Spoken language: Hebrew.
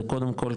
זה קודם כל,